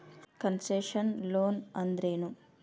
Concessional loan ಅಂದ್ರೇನು?